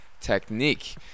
technique